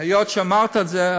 היות שאמרת את זה,